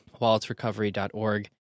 WalletsRecovery.org